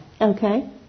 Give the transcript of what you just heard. Okay